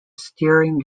steering